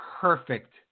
perfect